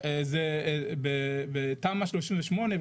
בתמ"א 38,